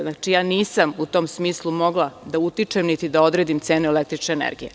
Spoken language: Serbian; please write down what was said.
Znači, ja nisam u tom smislu mogla da utičem, niti da odredim cenu električne energije.